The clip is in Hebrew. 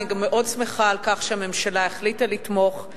אני גם מאוד שמחה על כך שהממשלה החליטה לתמוך,